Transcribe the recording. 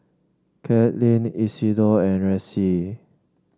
Katlyn Isidor and Ressie